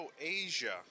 Asia